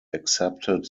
accepted